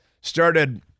started